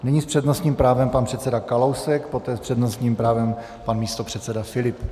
Nyní s přednostním právem pan předseda Kalousek, poté s přednostním právem pan místopředseda Filip.